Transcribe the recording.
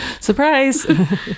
surprise